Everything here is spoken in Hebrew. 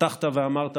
פתחת ואמרת,